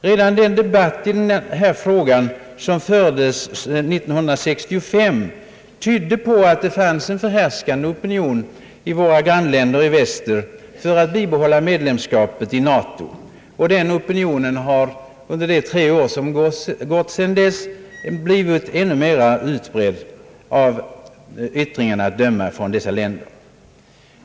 Redan den debatt i dessa frågor som fördes 1965 tydde på att det i våra grannländer i väster finns en förhärskande opinion för att bibehålla medlemskapet i NATO. Denna opinion har under de tre år som gått sedan dess blivit ännu mera utbredd att döma av uttalandena från dessa länder.